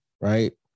right